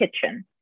kitchen